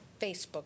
Facebook